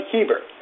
Heber